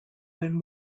when